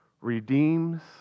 redeems